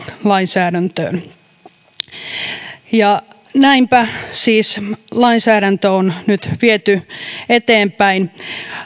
lainsäädäntöön näinpä siis lainsäädäntö on nyt viety eteenpäin